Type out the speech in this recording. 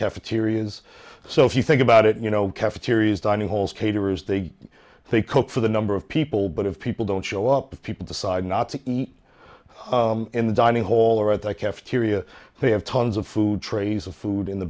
cafeterias so if you think about it you know cafeterias dining halls caterers they think coke for the number of people but if people don't show up people decide not to eat in the dining hall or at the cafeteria they have tons of food trays of food in the